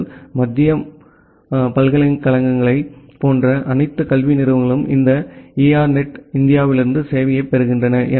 க்கள் மத்திய பல்கலைக்கழகங்களைப் போன்ற அனைத்து கல்வி நிறுவனங்களும் இந்த எர்னெட் இந்தியாவிலிருந்து சேவையைப் பெறுகின்றன